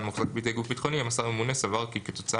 המוחזק בידי גוף ביטחוני אם השר הממונה סבר כי כתוצאה